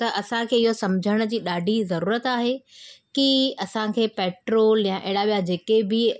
त असांखे इहो सम्झण जी ॾाढी ज़रूरत आहे की असांखे पेट्रोल या अहिड़ा ॿिया जेके बि